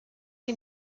die